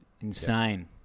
Insane